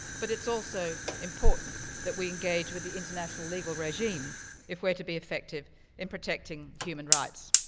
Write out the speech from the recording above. but it's also important that we engage with the international legal regime if we're to be effective in protecting human rights.